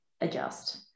adjust